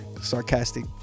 sarcastic